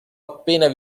appena